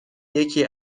یکی